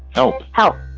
help help.